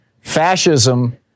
fascism